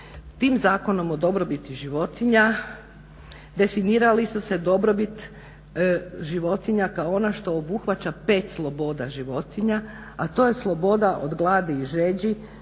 Tim zakonom o dobrobiti životinja definirali su se dobrobit životinja kao ona što obuhvaća pet sloboda životinja a to je sloboda od gladi i žeđi,